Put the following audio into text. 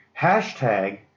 hashtag